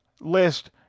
list